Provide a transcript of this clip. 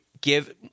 Give